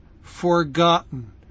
forgotten